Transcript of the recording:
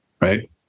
right